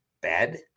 bad